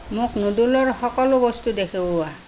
মোক নুডলৰ সকলো বস্তু দেখুওৱা